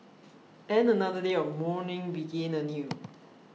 and another day of mourning began anew